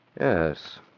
Yes